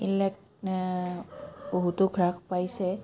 ইলেক বহুতো হ্ৰাস পাইছে